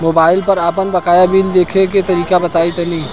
Mobile पर आपन बाकाया बिल देखे के तरीका बताईं तनि?